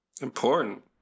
Important